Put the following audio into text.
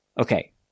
okay